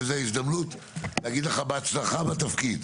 זו הזדמנות להגיד לך בהצלחה בתפקיד.